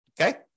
okay